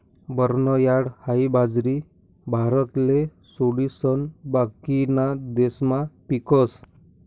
barnyard हाई बाजरी भारतले सोडिसन बाकीना देशमा पीकस